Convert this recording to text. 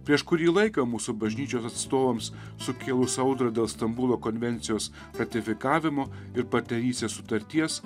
prieš kurį laiką mūsų bažnyčios atstovams sukėlus audrą dėl stambulo konvencijos ratifikavimo ir partnerystės sutarties